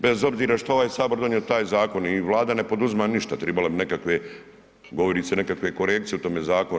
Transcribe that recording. Bez obzira što je ovaj Sabor donio taj zakon i Vlada ne poduzima n išta, tribala bi nekakve govori se nekakve korekcije o tome zakonu.